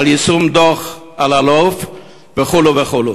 ביישום דוח אלאלוף וכו' וכו'.